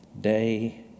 day